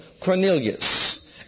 Cornelius